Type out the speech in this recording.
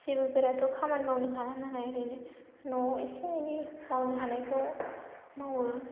जेबो गोराथ' खामानि मावनो हाला नालाय ओरैनो न'वाव इसे एनै मावनो हानायखौ मावो